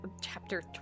Chapter